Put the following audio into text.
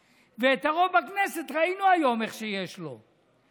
בכנסת, והרוב בכנסת, ראינו היום איך שיש לו.